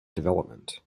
development